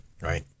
Right